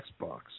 Xbox